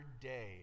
day